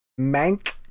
Mank